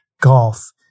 golf